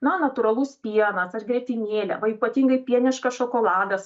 na natūralus pienas ar grietinėlė va ypatingai pieniškas šokoladas